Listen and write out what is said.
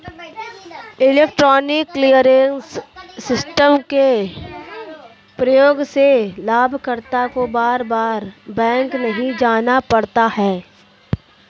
electronic clearance system के प्रयोग से लाभकर्ता को बार बार बैंक नहीं जाना पड़ता है